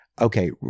okay